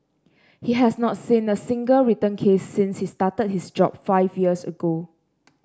he has not seen a single return case since he started his job five years ago